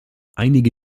einige